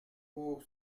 pour